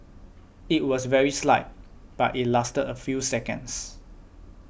it was very slight but it lasted a few seconds